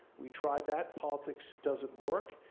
we tried that. politics doesn't work,